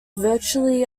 virtually